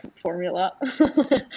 formula